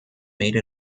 made